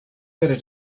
better